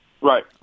right